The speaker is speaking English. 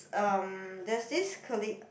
um there's this colleague